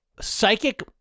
psychic